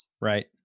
Right